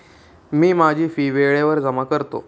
मी माझी फी वेळेवर जमा करतो